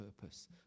purpose